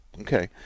Okay